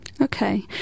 Okay